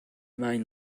mind